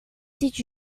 did